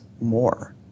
more